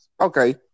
Okay